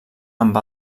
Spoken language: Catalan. amb